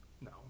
No